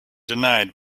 denied